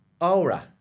aura